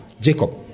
Jacob